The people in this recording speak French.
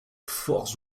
forts